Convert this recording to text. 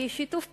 היא שיתוף פעולה,